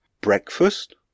Breakfast